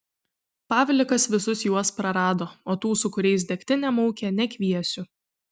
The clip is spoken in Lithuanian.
pavlikas visus juos prarado o tų su kuriais degtinę maukė nekviesiu